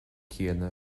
céanna